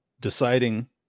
deciding